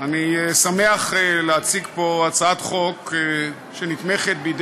אני שמח להציג פה הצעת חוק שנתמכת בידי